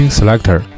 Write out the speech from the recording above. Selector 。